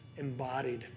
embodied